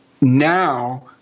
now